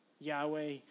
Yahweh